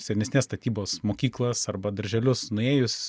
senesnės statybos mokyklas arba darželius nuėjus